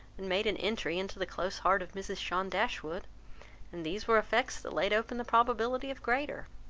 and made an entry into the close heart of mrs. john dashwood and these were effects that laid open the probability of greater.